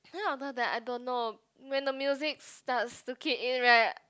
then after that I don't know when the music starts to kick in right